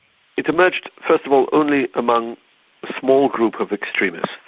it emerged first of all only among a small group of extremists,